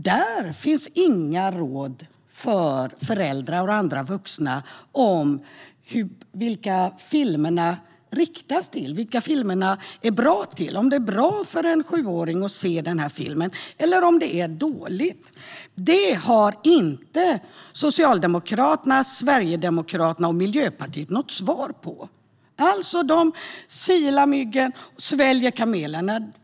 Där finns inga råd till föräldrar och andra vuxna om vilka filmerna riktar sig till och om en film är bra eller dålig för en sjuåring. Detta har inte Socialdemokraterna, Sverigedemokraterna och Miljöpartiet något svar på. De silar mygg och sväljer kameler.